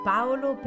Paolo